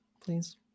please